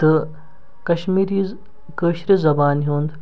تہٕ کشمیٖرِیٖز کٲشِرِ زبانہِ ہُنٛد